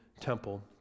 temple